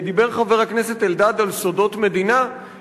דיבר חבר הכנסת אלדד על סודות מדינה,